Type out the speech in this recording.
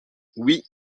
oui